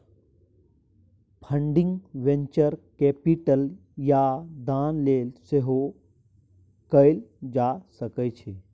funding venture capital या दान लेल सेहो कएल जा सकै छै